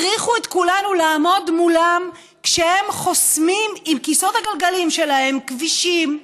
הכריחו את כולנו לעמוד מולם כשהם חוסמים עם כיסאות הגלגלים שלהם כבישים,